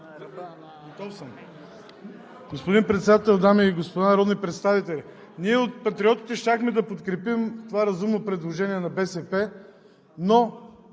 Господин Председател, дами и господа народни представители! Ние от Патриотите щяхме да подкрепим това разумно предложение на БСП, но